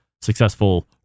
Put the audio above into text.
successful